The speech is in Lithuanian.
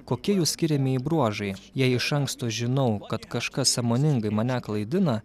kokie jų skiriamieji bruožai jei iš anksto žinau kad kažkas sąmoningai mane klaidina